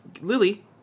Lily